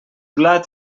blat